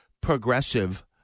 progressive